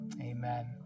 amen